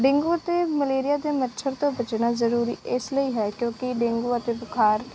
dengue ਅਤੇ malaria ਦੇ ਮੱਛਰ ਤੋਂ ਬਚਣਾ ਜ਼ਰੂਰੀ ਇਸ ਲਈ ਹੈ ਕਿਉਂਕਿ ਡੇਂਗੂ ਅਤੇ ਬੁਖਾਰ